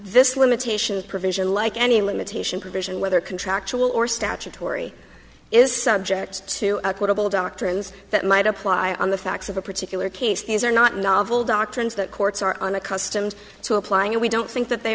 this limitation provision like any limitation provision whether contractual or statutory is subject to equitable doctrines that might apply on the facts of a particular case these are not novel doctrines that courts are on the customs to applying and we don't think that they